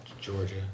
Georgia